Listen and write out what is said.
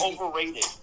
overrated